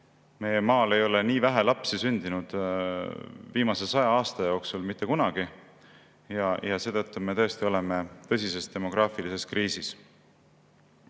meie maal ei ole nii vähe lapsi sündinud viimase 100 aasta jooksul mitte kunagi ja seetõttu me tõesti oleme tõsises demograafilises kriisis.